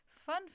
fun